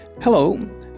hello